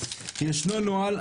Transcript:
ישנו נוהל,